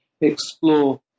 explore